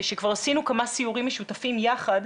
שכבר עשינו כמה סיורים משותפים יחד,